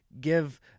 give